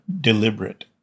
deliberate